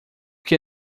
que